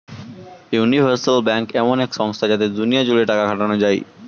universal bank এমন এক সংস্থা যাতে দুনিয়া জুড়ে টাকা খাটানো যায়